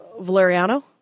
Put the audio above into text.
Valeriano